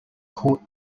court